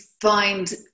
find